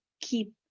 keep